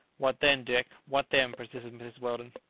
what then, dick, what then? persisted mrs. weldon.